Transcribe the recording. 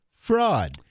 fraud